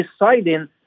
deciding